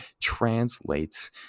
translates